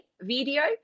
video